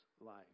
life